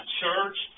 church